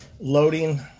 loading